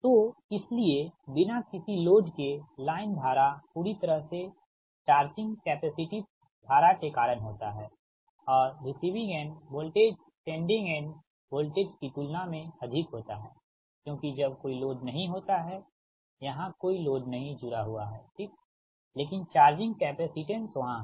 तो इसीलिए बिना किसी लोड के लाइन धारा पूरी तरह से चार्जिंग कैपेसिटिव धारा के कारण होता है और receiving end voltage sending end voltage की तुलना में अधिक होता है क्योंकि जब कोई लोड नहीं होता हैयहां कोई लोड नहीं जुड़ा हुआ है ठीक लेकिन चार्जिंग कैपेसिटेंस वहां हैं